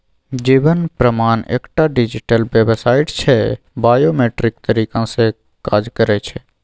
जीबन प्रमाण एकटा डिजीटल बेबसाइट छै बायोमेट्रिक तरीका सँ काज करय छै